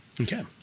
Okay